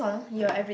ya